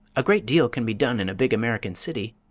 a great deal can be done in a big american city,